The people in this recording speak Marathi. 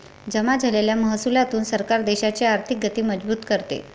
जमा झालेल्या महसुलातून सरकार देशाची आर्थिक गती मजबूत करते